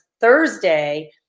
Thursday